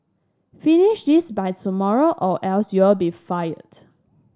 finish this by tomorrow or else you'll be fired